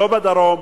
לא בדרום,